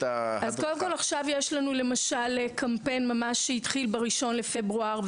יש לנו קמפיין שהתחיל ב-1 בפברואר.